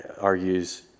argues